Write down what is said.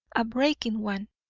a breaking one,